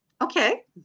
Okay